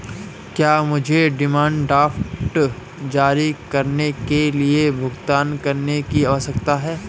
क्या मुझे demand draft जारी करने के लिए भुगतान करने की आवश्यकता है?